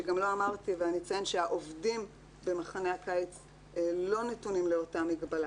שגם לא אמרתי ואני אציין שהעובדים במחנה הקיץ לא נתונים לאותה מגבלה,